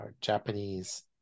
Japanese